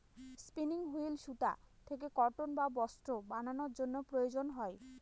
spinning wheel সুতা থেকে cotton বা বস্ত্র বানানোর জন্য প্রয়োজন হয়